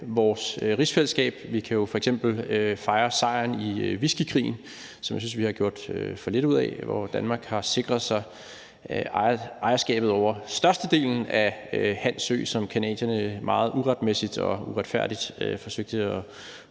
vores rigsfællesskab. Vi kan jo f.eks. fejre sejren i whiskykrigen, som jeg synes at vi har gjort for lidt ud af. Der sikrede Danmark sig ejerskabet over størstedelen af Hans Ø, som canadierne meget uretmæssigt og uretfærdigt forsøgte at